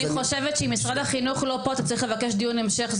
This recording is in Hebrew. אני חושבת שאם משרד החינוך לא פה אתה צריך לבקש דיון המשך.